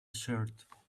shirt